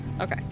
Okay